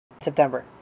September